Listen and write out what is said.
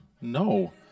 No